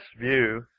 view